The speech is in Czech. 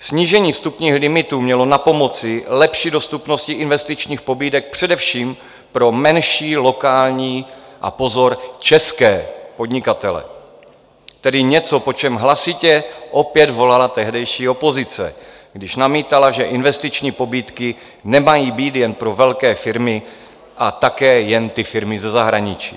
Snížení vstupních limitů mělo napomoci lepší dostupnosti investičních pobídek především pro menší lokální a pozor české podnikatele, tedy něco, po čem hlasitě opět volala tehdejší opozice, když namítala, že investiční pobídky nemají být jen pro velké firmy a také jen ty firmy za zahraničí.